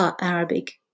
Arabic